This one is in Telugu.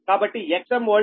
కాబట్టి Xmold p